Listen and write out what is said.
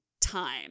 time